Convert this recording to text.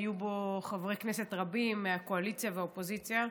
היו בו חברי כנסת רבים מהקואליציה ומהאופוזיציה.